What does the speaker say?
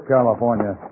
California